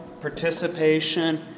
participation